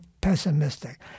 pessimistic